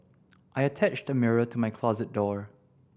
I attached the mirror to my closet door